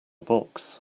box